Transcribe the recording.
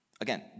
Again